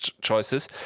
choices